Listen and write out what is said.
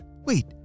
Wait